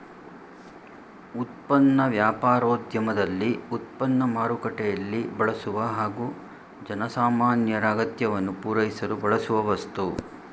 ಉತ್ಪನ್ನ ವ್ಯಾಪಾರೋದ್ಯಮದಲ್ಲಿ ಉತ್ಪನ್ನ ಮಾರುಕಟ್ಟೆಯಲ್ಲಿ ಬಳಸುವ ಹಾಗೂ ಜನಸಾಮಾನ್ಯರ ಅಗತ್ಯವನ್ನು ಪೂರೈಸಲು ಬಳಸುವ ವಸ್ತು